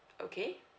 okay